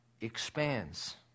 expands